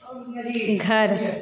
घर